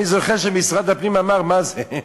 אני זוכר שמשרד הפנים אמר: מה זה?